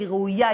היא ראויה,